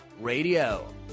Radio